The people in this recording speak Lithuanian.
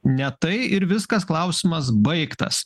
ne tai ir viskas klausimas baigtas